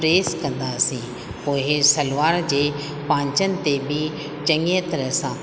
press कंदासीं पोइ सलवार जे पांचनि ते बि चङीअ तरह सां